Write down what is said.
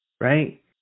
right